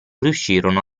riuscirono